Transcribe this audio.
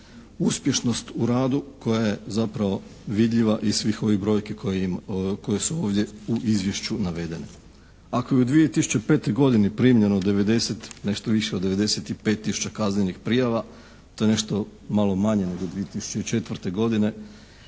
uspješnost u radu koja je zapravo vidljiva iz svih ovih brojki koje su ovdje u Izvješću navedene.